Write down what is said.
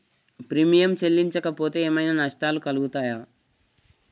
Premium చెల్లించకపోతే ఏమైనా నష్టాలు కలుగుతయా?